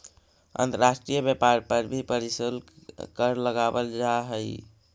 अंतर्राष्ट्रीय व्यापार पर भी प्रशुल्क कर लगावल जा हई